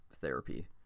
therapy